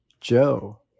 Joe